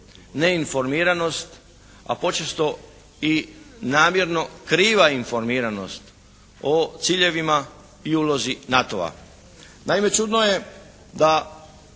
neinformiranost, a počesto i namjerno kriva informiranost o ciljevima i ulozi NATO-a. Naime čudno je da